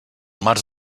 març